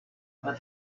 but